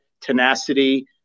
tenacity